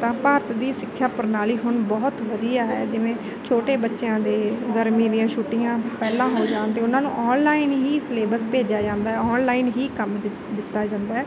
ਤਾਂ ਭਾਰਤ ਦੀ ਸਿੱਖਿਆ ਪ੍ਰਣਾਲੀ ਹੁਣ ਬਹੁਤ ਵਧੀਆ ਹੈ ਜਿਵੇਂ ਛੋਟੇ ਬੱਚਿਆਂ ਦੇ ਗਰਮੀ ਦੀਆਂ ਛੁੱਟੀਆਂ ਪਹਿਲਾਂ ਹੋ ਜਾਣ 'ਤੇ ਉਹਨਾਂ ਨੂੰ ਔਨਲਾਈਨ ਹੀ ਸਿਲੇਬਸ ਭੇਜਿਆ ਜਾਂਦਾ ਔਨਲਾਈਨ ਹੀ ਕੰਮ ਦਿਤ ਦਿੱਤਾ ਜਾਂਦਾ ਹੈ